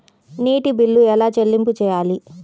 నీటి బిల్లు ఎలా చెల్లింపు చేయాలి?